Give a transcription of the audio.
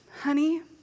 Honey